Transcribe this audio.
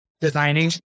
designing